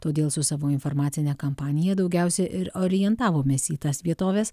todėl su savo informacine kampanija daugiausia ir orientavomės į tas vietoves